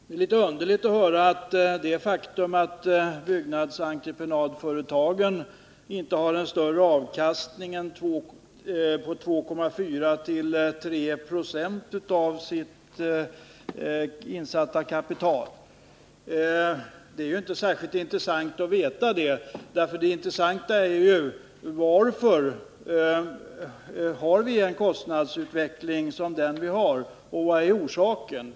Det känns litet underligt att höra att byggnadsentreprenadföretagen inte har större avkastning än 2,4—3 Zo på sitt insatta kapital. Det är ju inte särskilt intressant att veta det, utan det intressanta är att veta varför vi har den kostnadsutveckling som vi har och vad som är orsaken till denna.